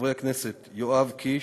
חברי הכנסת יואב קיש,